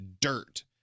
dirt